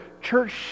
church